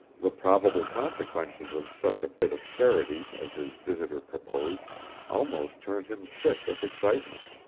the probable consequences of such a bit of charity as his visitor proposed almost turned him sick with excitement.